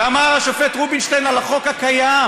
אמר השופט רובינשטיין על החוק הקיים: